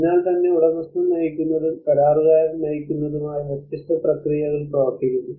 അതിനാൽ തന്നെ ഉടമസ്ഥൻ നയിക്കുന്നതും കരാറുകാരൻ നയിക്കുന്നതുമായ വ്യത്യസ്ത പ്രക്രിയകൾ പ്രവർത്തിക്കുന്നു